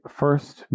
first